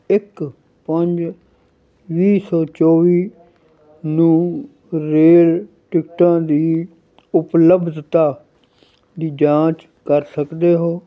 ਇੱਕ ਪੰਜ ਵੀਹ ਸੌ ਚੌਵੀ ਨੂੰ ਰੇਲ ਟਿਕਟਾਂ ਦੀ ਉਪਲੱਬਧਤਾ ਦੀ ਜਾਂਚ ਕਰ ਸਕਦੇ ਹੋ